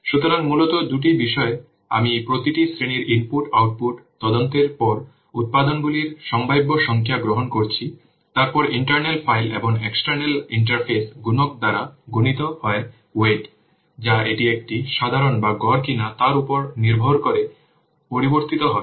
সুতরাং মূলত দুটি বিষয় আমি প্রতিটি শ্রেণীর ইনপুট আউটপুট তদন্তের পর উপাদানগুলির সম্ভাব্য সংখ্যা গ্রহণ করছি তারপর ইন্টারনাল ফাইল এবং এক্সটার্নাল ইন্টারফেস গুণক দ্বারা গুণিত হয় ওয়েট যা এটি একটি সাধারণ বা গড় কিনা তার উপর নির্ভর করে পরিবর্তিত হবে